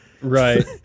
Right